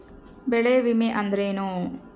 ಬೆಳೆ ವಿಮೆ ಅಂದರೇನು?